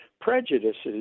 prejudices